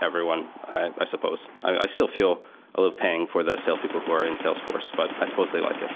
everyone, i i suppose. i still feel a little pain for the salespeople who are in salesforce, but i suppose they like it.